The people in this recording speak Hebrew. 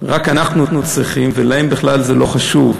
רק אנחנו צריכים אותו ולהם זה בכלל לא חשוב,